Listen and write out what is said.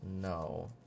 no